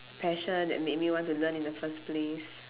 passion that made me want to learn in the first place